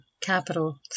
capital